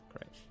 Great